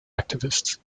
activists